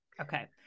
Okay